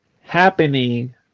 happening